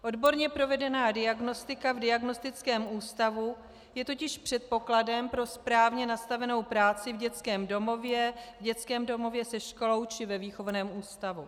Odborně provedená diagnostika v diagnostickém ústavu je totiž předpokladem pro správně nastavenou práci v dětském domově, dětském domově se školou či ve výchovném ústavu.